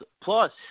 plus